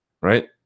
right